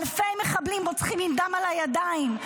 אלפי מחבלים רוצחים עם דם על הידיים,